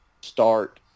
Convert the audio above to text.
start